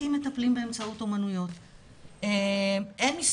כרוניים וזה לא